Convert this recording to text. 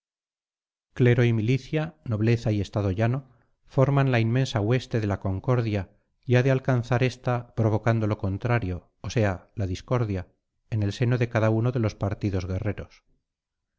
clero y milicia nobleza y estado llano forman la inmensa hueste de la concordia y ha de alcanzar esta provocando lo contrario o sea la discordia en el seno de cada uno de los partidos guerreros no